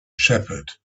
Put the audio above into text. shepherd